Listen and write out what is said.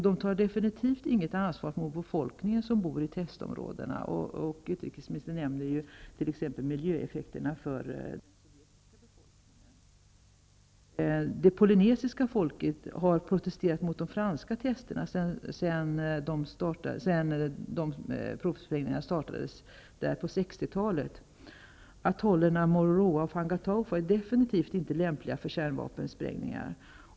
De tar definitivt inget ansvar gentemot befolkningen som bor i testområdena. Utrikesministern nämner t.ex. miljöeffekterna för den sovjetiska befolkningen. Det polynesiska folket har protesterat mot de franska testen sedan provsprängningarna startades där på 60-talet. Atollerna Mururoa och Fangataufa är definitivt inte lämpliga för kärnvapensprängningar.